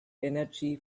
energy